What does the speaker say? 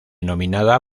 nominada